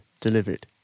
delivered